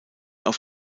auf